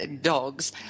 dogs